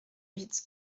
huit